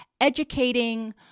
educating